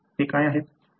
ते काय आहेत